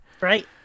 right